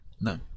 no